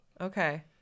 Okay